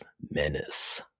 menace